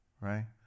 right